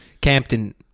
Campton